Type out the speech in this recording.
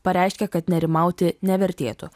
pareiškė kad nerimauti nevertėtų